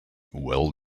well